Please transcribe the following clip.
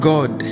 God